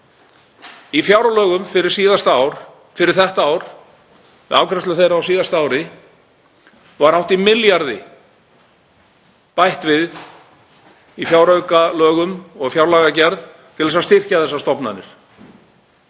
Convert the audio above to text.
Í fjárlögum fyrir þetta ár, við afgreiðslu þeirra á síðasta ári, var hátt í milljarði bætt við í fjáraukalögum og fjárlagagerð til að styrkja þessar stofnanir,